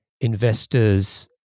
investors